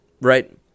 right